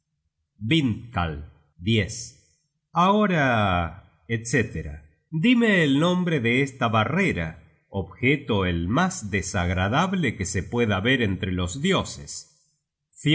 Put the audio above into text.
at vwdkal ahora etc dime el nombre de esta barrera objeto el mas desagradable que se pueda ver entre los dioses